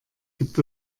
gibt